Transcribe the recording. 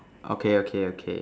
okay okay okay